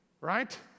right